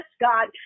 God